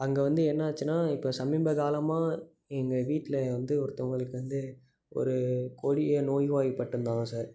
அங்கே வந்து என்னாச்சுன்னால் இப்போ சமீப காலமாக எங்கள் வீட்டில் வந்து ஒருத்தவர்களுக்கு வந்து ஒரு கொடிய நோய்வாய்ப்பட்டிருந்தாங்க சார்